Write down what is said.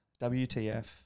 WTF